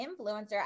influencer